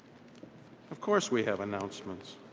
of course we have announcements.